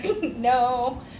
no